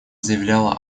заявляла